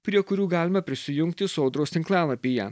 prie kurių galima prisijungti sodros tinklalapyje